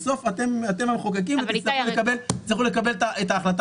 בסוף אתם המחוקקים ותצטרכו לקבל את ההחלטה.